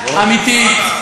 אמיתית?